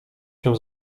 się